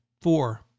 Four